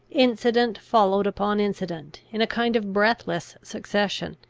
incident followed upon incident, in a kind of breathless succession.